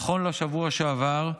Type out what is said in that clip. נכון לשבוע שעבר,